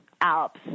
Alps